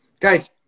Guys